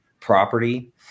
property